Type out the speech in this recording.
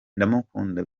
ndamukunda